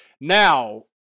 Now